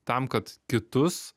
tam kad kitus